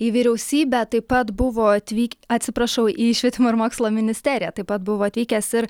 į vyriausybę taip pat buvo atvyk atsiprašau į švietimo ir mokslo ministerija taip pat buvo atvykęs ir